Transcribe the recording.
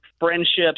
friendships